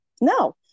No